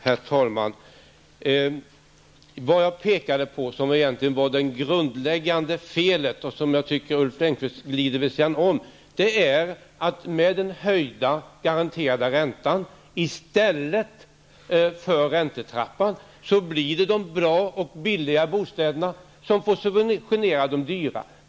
Herr talman! Det som jag anser vara det grundläggande felet, och som jag tycker att Ulf Lönnqvist går vid sidan om, är att med den höjda garanterade räntan i stället för räntetrappan blir det de bra och billiga bostäderna som får subventionera de dyra.